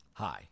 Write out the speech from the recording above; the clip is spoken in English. Hi